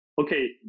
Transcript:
okay